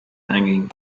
hanging